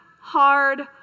hard